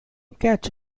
catch